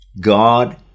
God